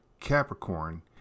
Capricorn